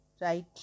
right